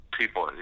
people